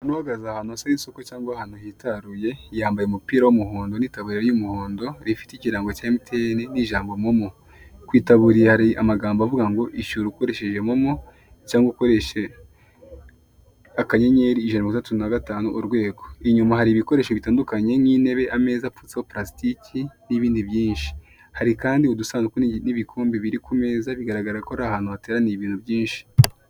Uno uhagaze ahantu munsi y'isoko cyangwa ahantu hitaruye yambaye umupira w'umuhondo n'itaburiya y'umuhondo rifite ikirango cya MTN ni jambo momo. Kwitaburiya hari amagambo avuga ngo ishyura ukoresheje momo cyangwa ukoresheje*165#.Inyuma hari ibikoresho bitandukanye nk'itebe ,ameza apfutseho parasitike n'ibindi byinshi. Hari kandi udusanduku n'ibikombe biri ku meza bigaragara ko hari ibintu byinshi.